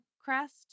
crest